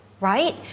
Right